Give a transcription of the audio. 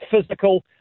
physical